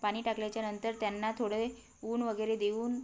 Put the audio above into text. पाणी टाकल्याच्यानंतर त्यांना थोडे ऊन वगैरे देऊन